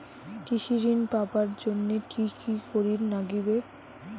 কৃষি ঋণ পাবার জন্যে কি কি করির নাগিবে?